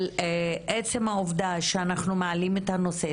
אבל עצם העובדה שאנחנו מעלים את הנושא,